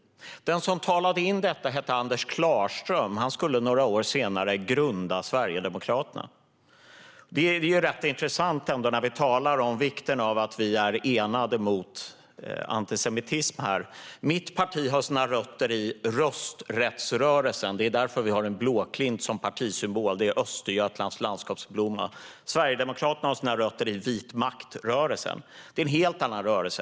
Den som talade in detta hette Anders Klarström. Han skulle några år senare grunda Sverigedemokraterna. Detta är rätt intressant när vi här talar om vikten av att vi är enade mot antisemitism. Mitt parti har sina rötter i rösträttsrörelsen. Det är därför vi har en blåklint - Östergötlands landskapsblomma - som partisymbol. Sverigedemokraterna har sina rötter i vitmaktrörelsen. Det är en helt annan rörelse.